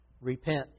Repent